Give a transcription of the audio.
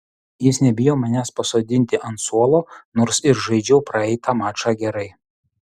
jis nebijo manęs pasodinti ant suolo nors ir žaidžiau praeitą mačą gerai